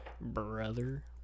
Brother